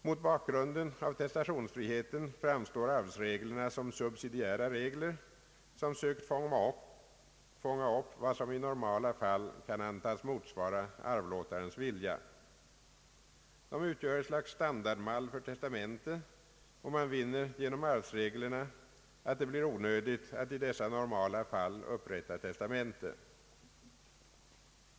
Mot bakgrunden av testationsfriketen framstår arvsreglerna som subsidiära regler som sökt fånga upp vad som i normala fall kan antas motsvara arvlåtarens vilja. De utgör ett slags standardmall för testamente, och man vinner genom arvsreglerna att det blir onödigt att i dessa normala fall upprätta testamente.